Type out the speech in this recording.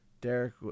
Derek